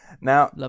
now